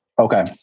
Okay